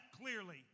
clearly